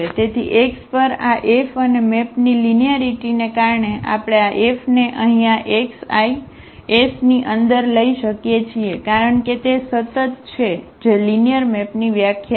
તેથી x પર આ F અને મેપની લીનિયરીટીને કારણે આપણે આ F ને અહીં આ xi's ની અંદર લઈ શકીએ છીએ કારણ કે તે સતત છે જે લિનિયર મેપ ની વ્યાખ્યા છે